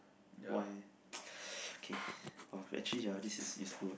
why okay !wah! actually ah this is useful